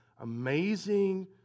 amazing